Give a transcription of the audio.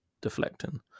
deflecting